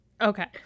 Okay